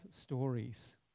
stories